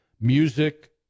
music